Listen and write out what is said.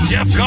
Jeff